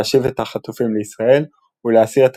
להשיב את החטופים לישראל ולהסיר את